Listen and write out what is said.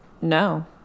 no